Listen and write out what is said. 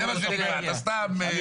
אני